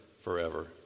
forever